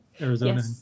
Arizona